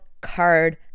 card